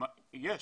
יש